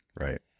Right